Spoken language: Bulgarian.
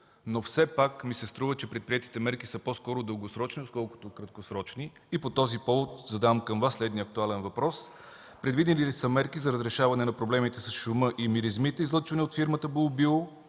но все пак ми се струва, че предприетите мерки са по-скоро дългосрочни, отколкото краткосрочни. По този повод задавам към Вас следния актуален въпрос: Предвидени ли са мерки за разрешаване на проблемите с шума и миризмите, излъчвани от фирмата „Булбио”